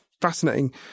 fascinating